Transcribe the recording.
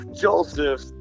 Joseph